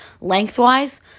lengthwise